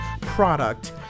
product